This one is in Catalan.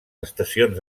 estacions